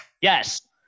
Yes